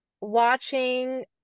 watching